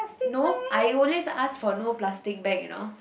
no I will always ask for no plastic bag you know